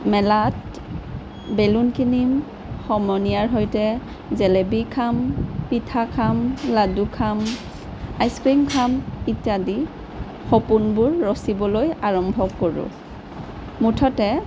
মেলাত বেলুন কিনিম সমনীয়াৰ সৈতে জেলেপী খাম পিঠা খাম লাডু খাম আইচক্ৰিম খাম ইত্যাদি সপোনবোৰ ৰচিবলৈ আৰম্ভ কৰোঁ মুঠতে